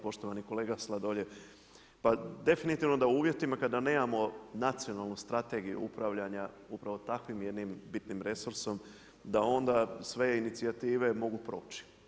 Poštovani kolega Sladoljev, definitivno da u uvjetima kada nemamo nacionalnu strategiju upravljanja upravo takvim jednim bitnim resursom da onda sve inicijative mogu proći.